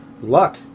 luck